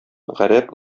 гарәп